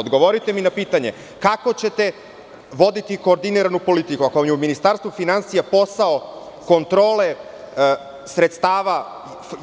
Odgovorite mi na pitanje, kako ćete voditi koordiniranu politiku, ako vam je u Ministarstvu finansija posao kontrole sredstava